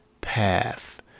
path